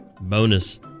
bonus